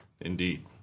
Indeed